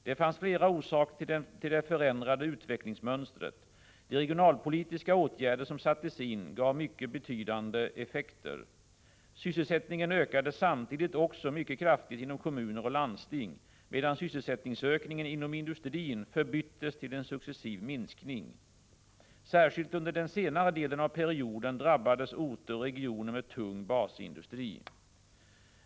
Det fanns flera orsaker till det förändrade utvecklingsmönstret. De regionalpolitiska åtgärder som sattes in gav mycket betydande effekter. Sysselsättningen ökade samtidigt också mycket kraftigt inom kommuner och landsting, medan sysselsättningsökningen inom industrin förbyttes till en successiv minskning. Särskilt under den senare delen av perioden drabbades orter och regioner med tung basindustri.